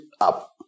up